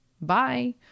Bye